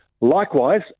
Likewise